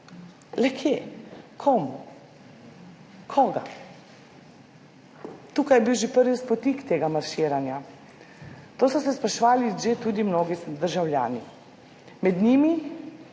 Le kje, komu, koga? Tukaj je bil že prvi spotik tega marširanja. To so se spraševali tudi mnogi državljani. Med njimi